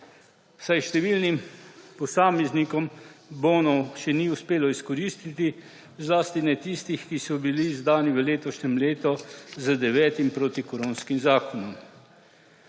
saj številnim posameznikom bonov še ni uspelo izkoristiti, zlasti ne tistih, ki so bili izdani v letošnjem letu z devetim protikoronskim zakonom.